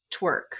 twerk